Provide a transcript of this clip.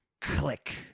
Click